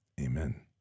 Amen